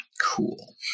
Cool